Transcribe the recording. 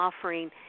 offering